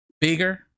Bigger